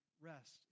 rest